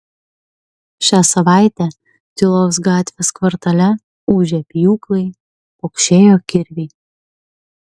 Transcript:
šią savaitę tylos gatvės kvartale ūžė pjūklai pokšėjo kirviai